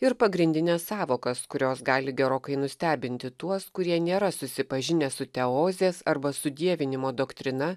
ir pagrindines sąvokas kurios gali gerokai nustebinti tuos kurie nėra susipažinę su teozės arba sudievinimo doktrina